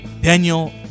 Daniel